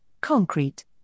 concrete